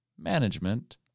management